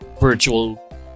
virtual